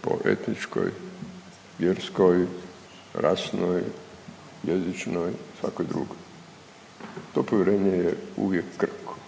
po etničkoj, vjerskoj, rasnoj, jezičnoj i svakoj drugoj. To povjerenje je uvijek krhko